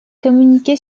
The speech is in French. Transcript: communiqué